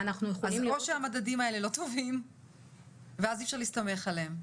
אז או שהמדדים האלה לא טובים ואז אי אפשר להסתמך עליהם,